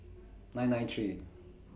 nine nine three